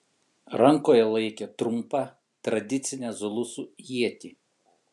rankoje laikė trumpą tradicinę zulusų ietį